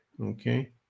Okay